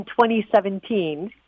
2017